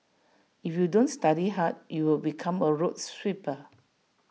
if you don't study hard you will become A road sweeper